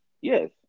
yes